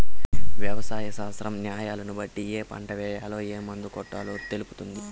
వ్యవసాయ శాస్త్రం న్యాలను బట్టి ఏ పంట ఏయాల, ఏం మందు కొట్టాలో తెలుపుతుంది